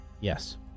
Yes